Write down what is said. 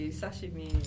sashimi